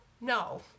No